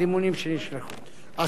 אבל השר לא מחויב להשיב,